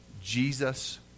Jesus